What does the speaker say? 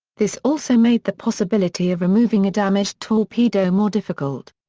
this also made the possibility of removing a damaged torpedo more difficult.